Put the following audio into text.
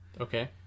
Okay